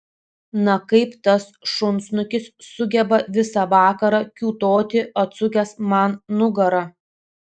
na kaip tas šunsnukis sugeba visą vakarą kiūtoti atsukęs man nugarą